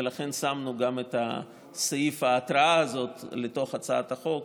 ולכן שמנו גם את סעיף ההתראה הזה בתוך הצעת החוק,